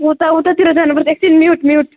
उता उतैतिर जानु पर्छ एकछिन म्युट म्युट